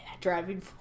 driving